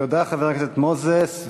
תודה, חבר הכנסת מוזס.